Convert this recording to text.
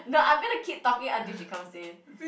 no I'm gonna keep talking until she comes in